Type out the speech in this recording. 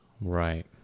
Right